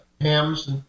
hams